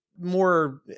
more